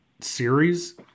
series